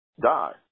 die